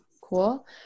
cool